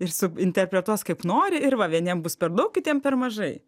ir suinterpretuos kaip nori ir va vieniem bus per daug kitiem per mažai